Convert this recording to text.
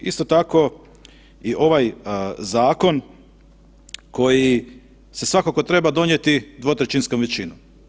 Isto tako i ovaj zakon koji se svakako treba donijeti dvotrećinskom većinom.